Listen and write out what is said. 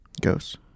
Ghosts